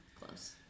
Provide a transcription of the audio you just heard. Close